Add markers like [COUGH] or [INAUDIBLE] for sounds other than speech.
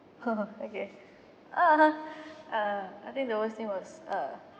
[LAUGHS] okay (uh huh) uh I think the worst thing was uh